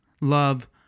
love